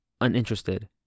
uninterested